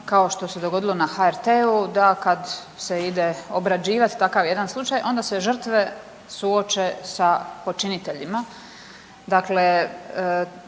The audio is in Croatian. kao što se dogodilo na HRT-u da kad se ide obrađivati takav jedan slučaj onda se žrtve suoče sa počiniteljima. Dakle,